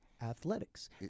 athletics